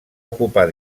ocupar